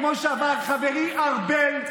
כמו שאמר חברי ארבל,